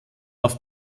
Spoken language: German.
auf